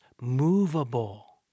movable